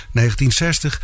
1960